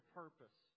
purpose